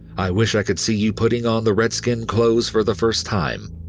i wish i could see you putting on the redskin clothes for the first time.